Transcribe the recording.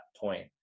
point